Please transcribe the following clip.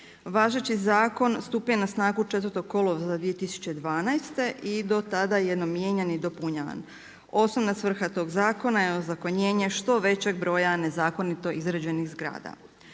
Važeći zakon stupio je na snagu 4. kolovoza 2012. i do tada je on mijenjan i dopunjavan. Osnovna svrha tog zakona je ozakonjenje što većeg broja nezakonito izgrađenih zgrada.